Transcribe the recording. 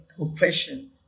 oppression